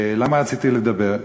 למה רציתי לדבר?